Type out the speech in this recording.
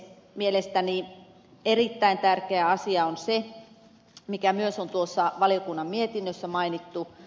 mielestäni erittäin tärkeä asia on se mikä myös on tuossa valiokunnan mietinnössä mainittu